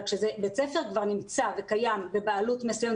אבל כשבית ספר כבר נמצא בבעלות מסוימת,